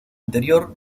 anterior